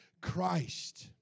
Christ